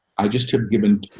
i just haven't given,